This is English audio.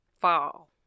fall